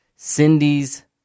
Cindy's